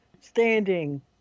standing